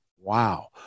Wow